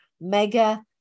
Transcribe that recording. mega-